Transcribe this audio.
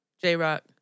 J-Rock